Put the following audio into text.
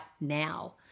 now